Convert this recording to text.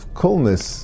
coolness